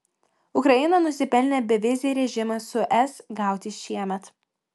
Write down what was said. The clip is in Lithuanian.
ukraina nusipelnė bevizį režimą su es gauti šiemet